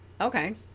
okay